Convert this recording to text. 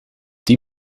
die